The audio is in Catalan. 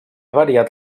variat